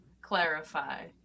clarify